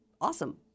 awesome